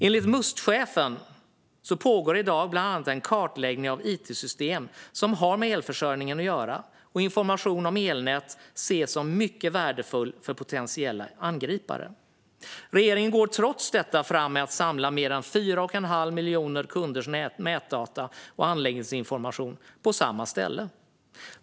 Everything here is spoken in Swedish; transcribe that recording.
Enligt Mustchefen pågår i dag bland annat en kartläggning av it-system som har med elförsörjningen att göra, och information om elnät ses som mycket värdefull för potentiella angripare. Regeringen går trots detta fram med att samla mer än 4 1⁄2 miljon kunders nätdata och anläggningsinformation på samma ställe.